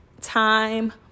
time